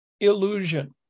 illusion